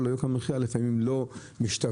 לפעמים כל יוקר המחייה לא משתווה